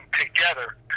together